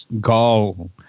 gall